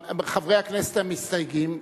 חברי הכנסת המסתייגים,